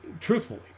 Truthfully